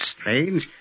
Strange